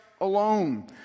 alone